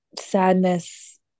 sadness